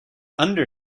under